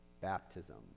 Baptism